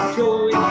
joy